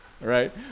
right